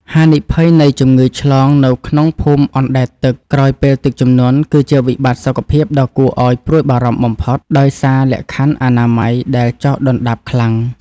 ហានិភ័យនៃជំងឺឆ្លងនៅក្នុងភូមិអណ្តែតទឹកក្រោយពេលទឹកជំនន់ គឺជាវិបត្តិសុខភាពដ៏គួរឱ្យព្រួយបារម្ភបំផុត ដោយសារលក្ខខណ្ឌអនាម័យដែលចុះដុនដាបខ្លាំង។